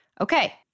Okay